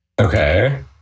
Okay